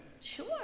Sure